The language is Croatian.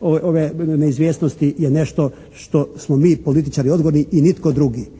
ove neizvjesnosti je nešto što smo mi političari odgovorni i nitko drugi,